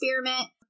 experiment